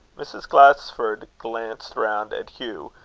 mrs. glasford glanced round at hugh,